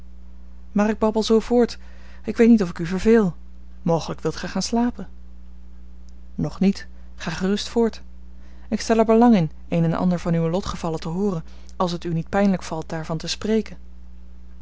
maar ik babbel zoo voort ik weet niet of ik u verveel mogelijk wilt gij gaan slapen nog niet ga gerust voort ik stel er belang in een en ander van uwe lotgevallen te hooren als het u niet pijnlijk valt daarvan te spreken